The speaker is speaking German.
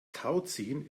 tauziehen